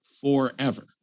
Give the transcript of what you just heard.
forever